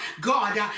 God